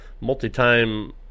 multi-time